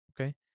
okay